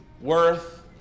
worth